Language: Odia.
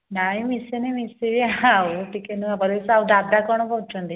ନାଇଁ ମିଶିନି ମିଶିବି ଆଉ ଟିକେ ନୂଆ ପରିବେଶ ଆଉ ଦାଦା କ'ଣ କରୁଛନ୍ତି